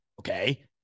Okay